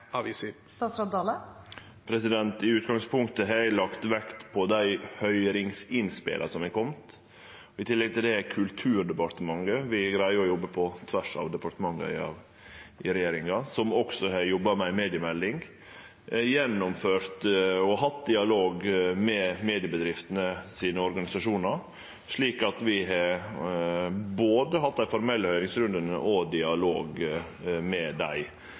tillegg til det har Kulturdepartementet – vi greier å jobbe på tvers av departementa i regjeringa – som også har jobba med ei mediemelding, hatt dialog med mediebedriftene sine organisasjonar, slik at vi har hatt både dei formelle høyringsrundane og dialog med dei.